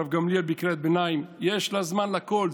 הרב גמליאל בקריאת ביניים: יש לה זמן לכול,